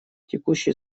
текущий